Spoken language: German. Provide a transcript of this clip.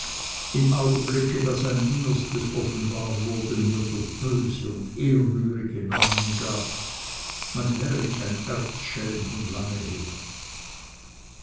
im augenblick da sein innerstes offenbar wurde mir so böse und ehrrührige namen gab als wäre ich ein erzschelm von lange her